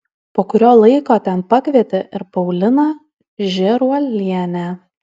po kurio laiko ten pakvietė ir pauliną žėruolienę